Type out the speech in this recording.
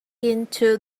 into